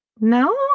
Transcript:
no